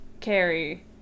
Carrie